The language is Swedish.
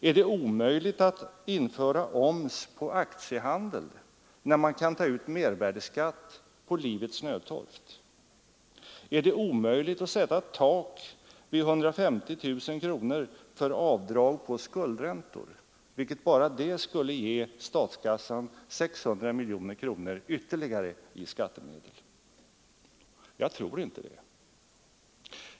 Är det omöjligt att införa oms på aktiehandel, när man kan ta ut mervärdeskatt på livets nödtorft? Är det omöjligt att sätta ett tak vid 150 000 kronor för avdrag på skuldräntor, vilket bara det skulle ge statskassan 600 miljoner kronor ytterligare i skattemedel? Jag tror inte det.